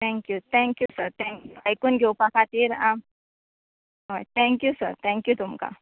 thank you thank you sir आयकोन घेवपा खातीर आं हय थँक्यू थँक्यू सर तुमकां